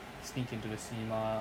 sneak into the cinema